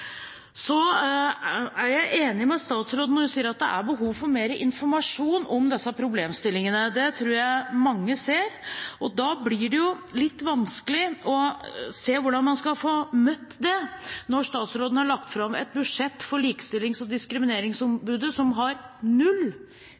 Så er jeg enig med statsråden når hun sier at det er behov for mer informasjon om disse problemstillingene – det tror jeg mange ser. Det blir litt vanskelig å se hvordan man skal møte det når statsråden har lagt fram et budsjett for Likestillings- og diskrimineringsombudet som har null